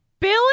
Billy